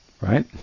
right